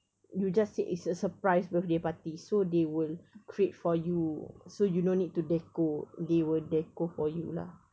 you just say it's a surprise birthday party so they will create for you so you no need to deco they will deco for you lah